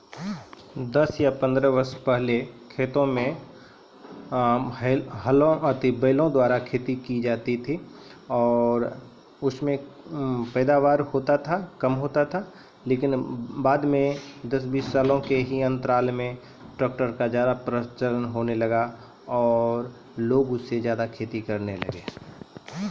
खेतो क जोतै म हलो केरो बदला ट्रेक्टरवा कॅ उपयोग होबे लगलै